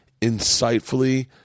insightfully